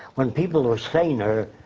when people are saner,